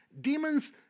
demons